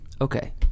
okay